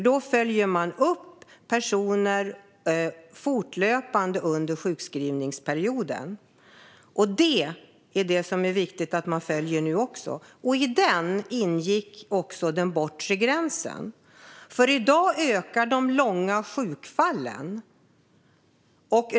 Då följde man fortlöpande upp personer under sjukskrivningsperioden. Det är viktigt att man följer detta nu också. I rehabiliteringskedjan ingick också den bortre gränsen. I dag ökar de långa sjukskrivningarna.